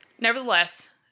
nevertheless